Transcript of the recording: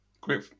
great